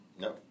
No